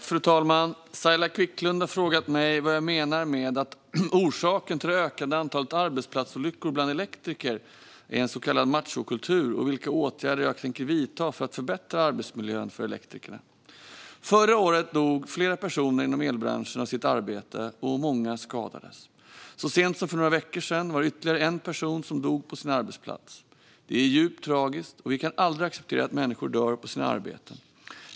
Fru talman! Saila Quicklund har frågat mig vad jag menar med att orsaken till det ökande antalet arbetsplatsolyckor bland elektriker är en machokultur och vilka åtgärder jag tänker vidta för att förbättra arbetsmiljön för elektrikerna. Förra året dog flera personer inom elbranschen av sitt arbete och många skadades. Så sent som för några veckor sedan var det ytterligare en person som dog på sin arbetsplats. Det är djupt tragiskt, och vi kan aldrig acceptera att människor dör på sina arbeten.